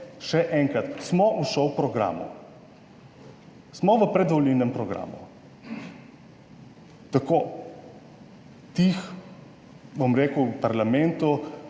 še enkrat, smo v šov programu, smo v predvolilnem programu tako, bom rekel, v parlamentu.